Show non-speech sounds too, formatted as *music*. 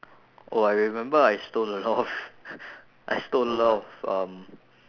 oh I remember I stole a lot of *laughs* I stole a lot of um